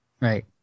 Right